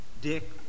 Dick